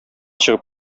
чыгып